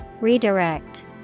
Redirect